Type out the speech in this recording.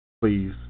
please